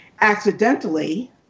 accidentally